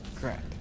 Correct